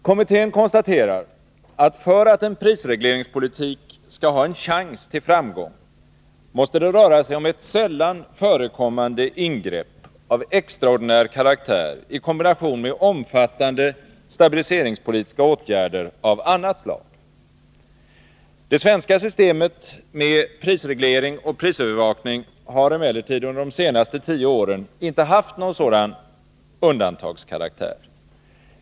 Kommittén konstaterar, att för att en prisregleringspolitik skall ha en chans till framgång, måste det röra sig om ett sällan förekommande ingrepp av extraordinär karaktär i kombination med omfattande stabiliseringspolitiska åtgärder av annat slag. Det svenska systemet med prisreglering och prisövervakning har emellertid under de senaste tio åren inte haft någon sådan undantagskaraktär.